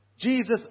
Jesus